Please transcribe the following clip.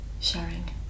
sharing